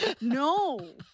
No